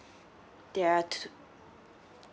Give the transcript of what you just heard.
there are tw~